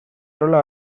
rola